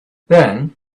then